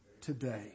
today